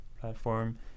platform